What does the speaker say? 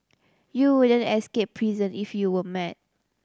you wouldn't escape prison if you weren't mad